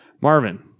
Marvin